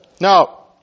Now